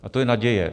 A to je naděje.